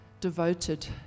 devoted